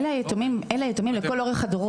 אלה היתומים לכל אורך הדורות.